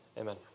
Amen